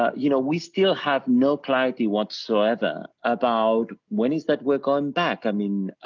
ah you know, we still have no clarity whatsoever about when is that we're going back, i mean,